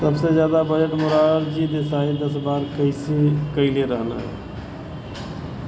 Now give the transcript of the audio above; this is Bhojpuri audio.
सबसे जादा बजट मोरारजी देसाई दस बार कईले रहलन